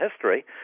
history